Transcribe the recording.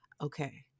Okay